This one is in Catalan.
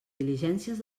diligències